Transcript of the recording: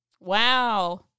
wow